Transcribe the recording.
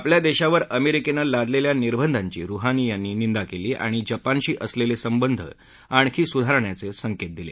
आपल्या देशावर अमेरिकेनं लादलेल्या निर्बंधांची रुहानी यांनी निंदा केली आणि जपानशी असलेले संबंध आणखी सुधारण्याचे संकेत दिले